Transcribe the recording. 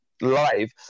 live